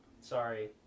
sorry